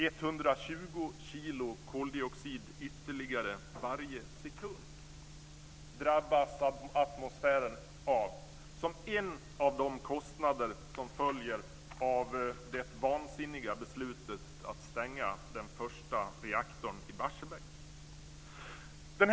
120 kilo koldioxid ytterligare varje sekund drabbas atmosfären av som en av de kostnader som följer av det vansinniga beslutet att stänga den första reaktorn i Barsebäck.